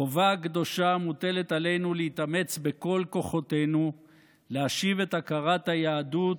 חובה קדושה מוטלת עלינו להתאמץ בכל כוחותינו להשיב את הכרת היהדות,